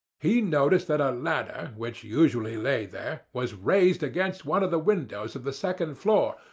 he noticed that a ladder, which usually lay there, was raised against one of the windows of the second floor,